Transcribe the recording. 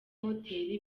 hoteli